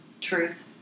Truth